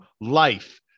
life